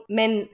men